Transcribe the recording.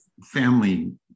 family